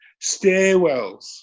stairwells